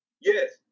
Yes